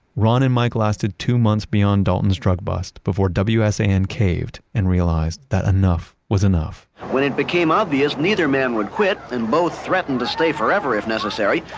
ron and mike lasted two months beyond dalton's drug bust before wsan and caved and realized that enough was enough. when it became obvious neither man would quit and both threatened to stay forever if necessary.